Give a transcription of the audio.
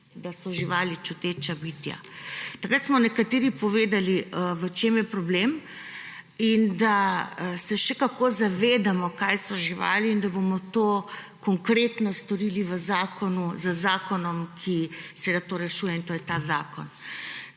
da so živali čuteča bitja. Takrat smo nekateri povedali, v čem je problem in da se še kako zavedamo, kaj so živali in da bomo to konkretno storili z zakonom, ki to rešuje, in to je ta zakon.